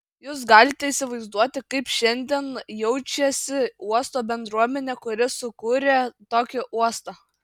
jūs galite įsivaizduoti kaip šiandien jaučiasi uosto bendruomenė kuri sukūrė tokį uostą